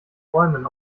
bäumen